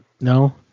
No